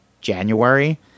January